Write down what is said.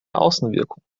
außenwirkung